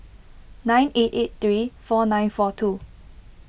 nine eight eight three four nine four two